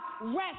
rest